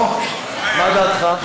אוה, מה דעתך?